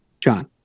John